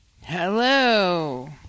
Hello